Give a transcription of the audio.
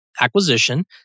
acquisition